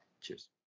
cheers